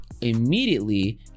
immediately